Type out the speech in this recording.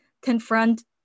confront